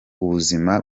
ubuzima